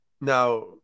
Now